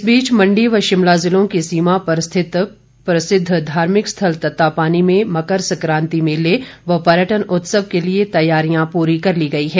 इस बीच मण्डी व शिमला ज़िले की सीमा पर स्थित प्रसिद्व धार्मिक स्थल तत्तापानी में मकर संक्रांति मेले व पर्यटन उत्सव के लिए तैयारियां पूरी कर ली गई हैं